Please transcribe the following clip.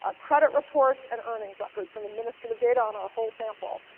ah credit reports, and earnings records from administrative data on our whole sample.